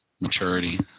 maturity